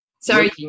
Sorry